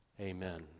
Amen